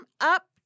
up